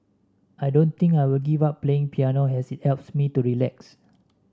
I don't think I will give up playing piano as it helps me to relax